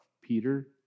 Peter